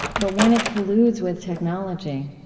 but when it colludes with technology,